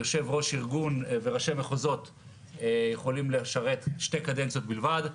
יושב-ראש ארגון וראשי מחוזות יכולים לשרת שתי קדנציות בלבד.